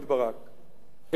חלקן עמוקות,